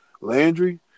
Landry